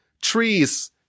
trees